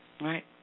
Right